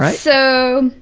so,